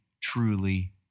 truly